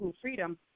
freedom